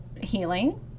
healing